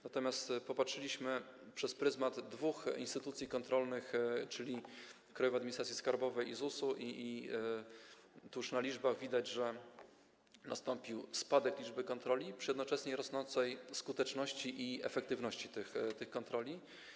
Natomiast popatrzyliśmy przez pryzmat dwóch instytucji kontrolnych, czyli Krajowej Administracji Skarbowej i ZUS-u, i z liczb wynika, że nastąpił spadek liczby kontroli przy jednocześnie rosnącej skuteczności i efektywności tych kontroli.